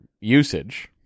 usage